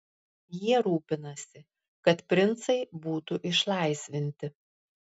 jie rūpinasi kad princai būtų išlaisvinti